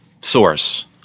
source